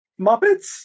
Muppets